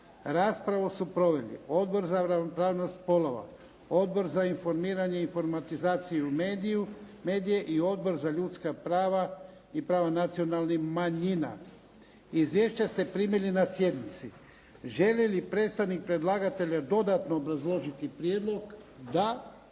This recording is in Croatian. Raspravu su proveli Odbor za ravnopravnost spolova, Odbor za informiranje, informatizaciju i medije i Odbor za ljudska prava i prava nacionalnih manjina. Izvješća ste primili na sjednici. Želi li predstavnik predlagatelja dodatno obrazložiti prijedlog? Da.